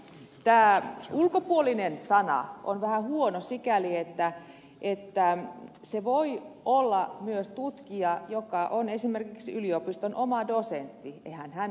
tämä sana ulkopuolinen on vähän huono sikäli että se voi olla myös tutkija joka on esimerkiksi yliopiston oma dosentti ja eihän hän ole niin sanottu ulkopuolinen